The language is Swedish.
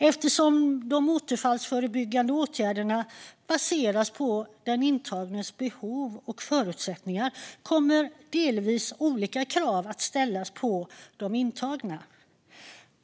Eftersom de återfallsförebyggande åtgärderna baseras på den intagnes behov och förutsättningar kommer delvis olika krav att ställas på de intagna.